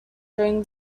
during